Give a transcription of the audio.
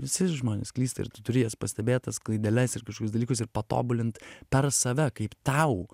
visi žmonės klysta ir turi jas pastebėt tas klaideles ir kažkokius dalykus ir patobulint per save kaip tau